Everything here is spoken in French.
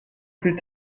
plus